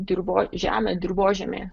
dirvo žemę dirvožemį